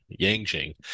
yangjing